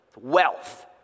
wealth